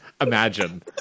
imagine